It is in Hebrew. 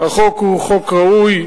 החוק הוא חוק ראוי.